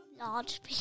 Large